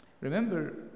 Remember